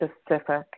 specific